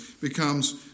becomes